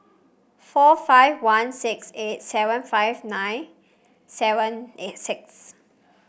four five one six eight seven five nine seven eight six